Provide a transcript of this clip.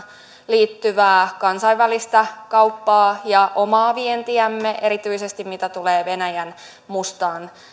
liittyvää kansainvälistä kauppaa ja omaa vientiämme erityisesti mitä tulee venäjän mustaan